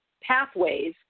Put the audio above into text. pathways